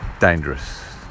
dangerous